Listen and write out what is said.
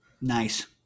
nice